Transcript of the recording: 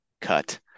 cut